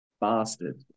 bastard